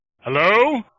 Hello